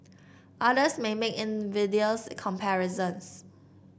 others may make invidious comparisons